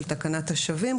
של תקנת השווים,